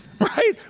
Right